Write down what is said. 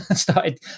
started